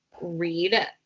read